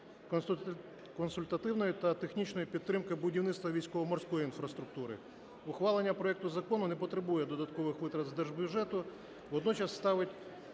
консультативної та технічної підтримки будівництва військово-морської інфраструктури. Ухвалення проекту закону не потребує додаткових витрат з держбюджету, водночас ставить